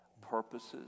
purposes